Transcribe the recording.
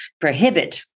prohibit